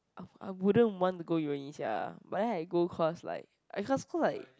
I I wouldn't want to go uni sia but then I go cause like I cause cause like